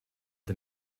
the